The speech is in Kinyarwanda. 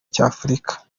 cy’afurika